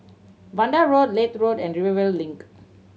Vanda Road Leith Road and Rivervale Link